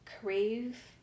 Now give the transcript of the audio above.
crave